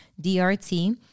D-R-T